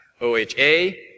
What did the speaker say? OHA